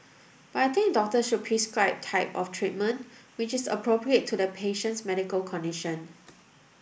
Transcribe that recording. but I think doctors should prescribe the type of treatment which is appropriate to the patient's medical condition